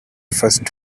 first